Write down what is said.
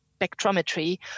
spectrometry